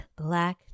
black